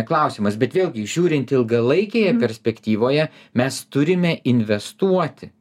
klausimas bet vėlgi žiūrint ilgalaikėje perspektyvoje mes turime investuoti